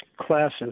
classes